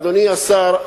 אדוני השר,